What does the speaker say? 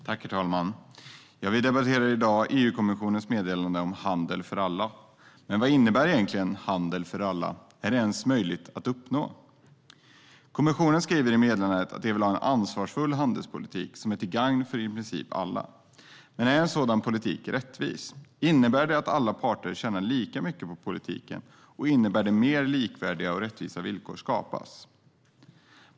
Herr talman! Vi debatterar i dag EU-kommissionens meddelande Handel för alla. Men vad innebär egentligen handel för alla? Är det ens möjligt att uppnå? Kommissionen skriver i meddelandet att man vill ha en ansvarsfull handelspolitik som är till gagn för i princip alla. Men är en sådan politik rättvis? Innebär det att alla parter tjänar lika mycket på politiken, och innebär det att mer likvärdiga och rättvisa villkor skapas?